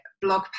blog